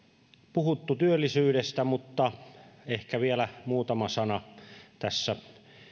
puhuttu työllisyydestä mutta ehkä vielä muutama sana tässä